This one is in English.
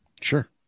Sure